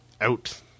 out